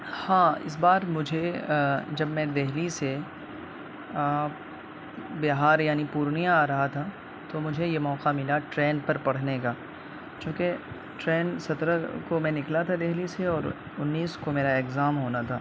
ہاں اس بار مجھے جب میں دہلی سے بہار یعنی پورنیہ آ رہا تھا تو مجھے یہ موقع ملا ٹرین پر پڑھنے کا چونکہ ٹرین سترہ کو میں نکلا تھا ڈہلی سے اور انیس کو میرا اگزام ہونا تھا